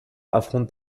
affronte